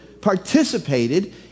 participated